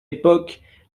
époque